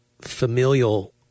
familial